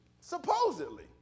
Supposedly